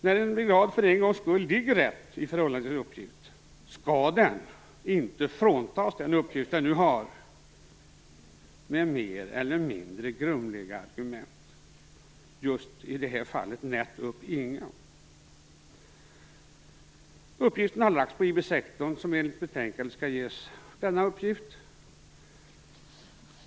När en brigad för en gångs skull ligger rätt i förhållande till sin uppgift skall den inte fråntas den uppgift som den nu har med mer eller mindre grumliga argument - just i det här fallet nättupp inga. Uppgiften skall enligt betänkandet läggas på IB 16.